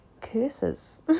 curses